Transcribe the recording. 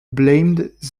blamed